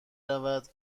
رود